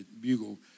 bugle